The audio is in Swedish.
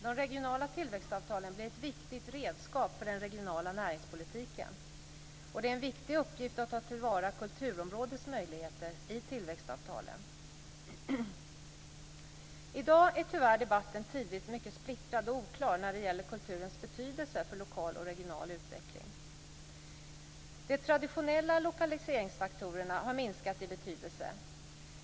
De regionala tillväxtavtalen blir ett viktigt redskap för den regionala näringspolitiken, och det är en viktig uppgift att ta till vara kulturområdets möjligheter i tillväxtavtalen. I dag är debatten tyvärr tidvis mycket splittrad och oklar när det gäller kulturens betydelse för lokal och regional utveckling. De traditionella lokaliseringsfaktorerna har minskat i betydelse.